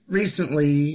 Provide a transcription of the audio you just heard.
recently